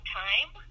time